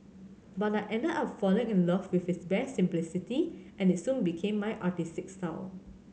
but I ended up falling in love with its bare simplicity and it soon became my artistic style